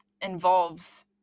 involves